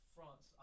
France